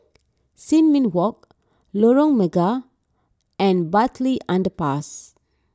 Sin Ming Walk Lorong Mega and Bartley Underpass